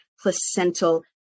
placental